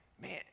man